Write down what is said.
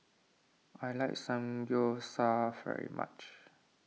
I like Samgeyopsal very much